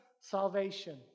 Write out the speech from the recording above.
salvation